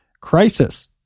crisis